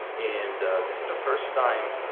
and this is the first time